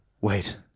wait